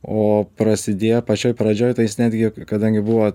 o prasidėjo pačioj pradžioj tai jis netgi kadangi buvo